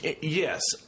Yes